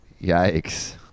yikes